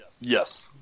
Yes